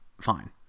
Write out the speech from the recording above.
Fine